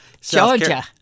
Georgia